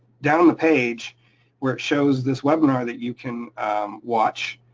down the page where it shows this webinar that you can watch,